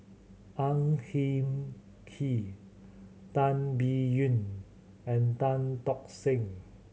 Ang Hin Kee Tan Biyun and Tan Tock Seng